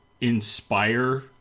inspire